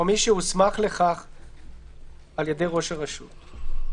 --- "או מי שהוסמך לכך על ידי ראש הרשות."